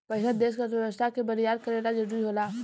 पइसा देश के अर्थव्यवस्था के बरियार करे ला जरुरी होला